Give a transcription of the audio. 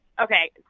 okay